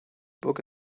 book